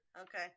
Okay